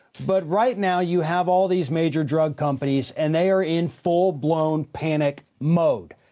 but right now you have all these major drug companies and they are in full blown panic mode.